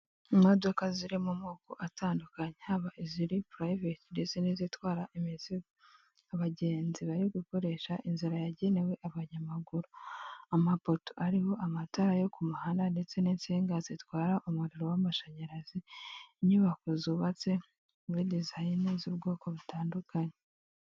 Imodoka ziri mu moko atandukanye haba iziri purayiveti ndetse n'izitwara abagenzi bari gukoresha inzira yagenewe abanyamaguru, amapoto ariho amatara yo ku muhanda, ndetse n'insinga zitwara umuriro w'amashanyarazi inyubako zubatse muri dizayini z'ubwoko butandukanye.